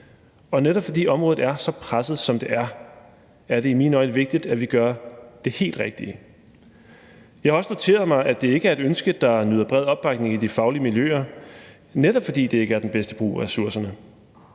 Netop fordi området er så presset, som det er, er det i mine øjne vigtigt, at vi gør det helt rigtige. Jeg har også noteret mig, at det ikke er et ønske, der nyder bred opbakning i de faglige miljøer, netop fordi det ikke er den bedste brug af ressourcerne.